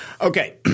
Okay